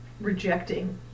rejecting